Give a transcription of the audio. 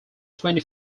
twenty